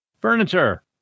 Furniture